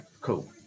cool